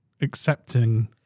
accepting